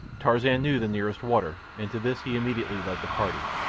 tarzan knew the nearest water, and to this he immediately led the party.